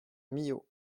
millau